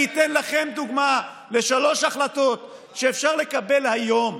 אני אתן לכם דוגמה לשלוש החלטות שאפשר לקבל היום.